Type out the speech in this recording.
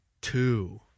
two